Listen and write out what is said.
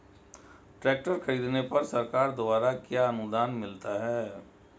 Tractor खरीदने पर सरकार द्वारा क्या अनुदान मिलता है?